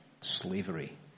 slavery